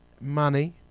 money